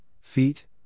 feet